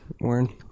Warren